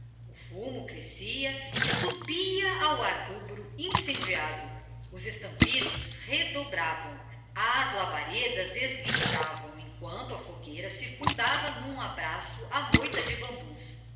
o fumo crescia e subia ao ar rubro incendiado os estampidos redobravam as labaredas esguichavam emquanto a fogueira circumdavan'um abraço a moita de bambus